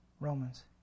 Romans